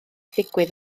ddigwydd